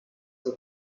son